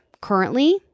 currently